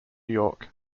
york